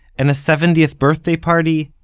and a seventieth birthday party?